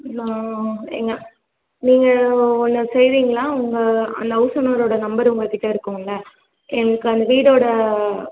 இவ்வளோ ஏங்க நீங்கள் ஒன்று செய்வீங்களா உங்கள் அந்த ஹவுஸ் ஓனரோட நம்பர் உங்கள்கிட்ட இருக்கும்ல எனக்கு அந்த வீடோட